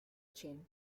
chin